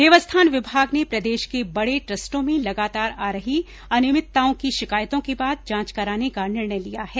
देवस्थान विभाग ने प्रदेश के बडे ट्रस्टों में लगातार आ रही अनियमितताओं की शिकायतों के बाद जांच कराने का निर्णय लिया है